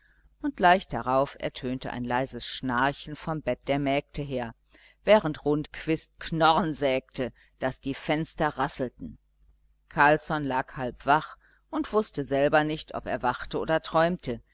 und gleich darauf ertönte ein leises schnarchen von dem bett der mägde her während rundquist knorren sägte daß die fenster rasselten carlsson lag halbwach und wußte selber nicht ob er wachte oder träumte